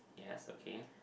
yes okay